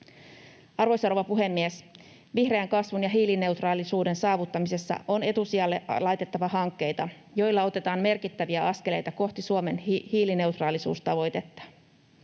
Arvoisa rouva puhemies! Vihreän kasvun ja hiilineutraalisuuden saavuttamisessa on etusijalle laitettava hankkeita, joilla otetaan merkittäviä askeleita kohti Suomen hiilineutraalisuustavoitetta.